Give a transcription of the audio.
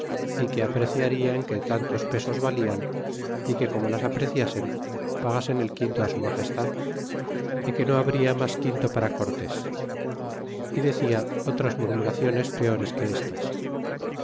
y que apreciarian que tantos pesos vallan y que como las apreciasen pagasen el quinto su magestad y que no habria mas quinto para cortés y decid otras murmuraciones peores que estas